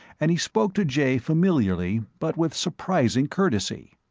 and he spoke to jay familiarly but with surprising courtesy